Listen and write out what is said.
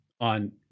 on